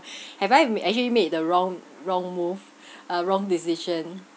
have I m~ actually made the wrong wrong move a wrong decision